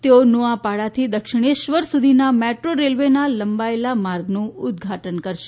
તેઓ નોઆપાડાથી દક્ષિણેશ્વર સુધીના મેટ્રો રેલ્વેના લંબાયેલા માર્ગનું ઉદ્વાટન કરશે